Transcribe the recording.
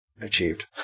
achieved